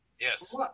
Yes